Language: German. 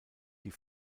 die